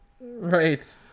Right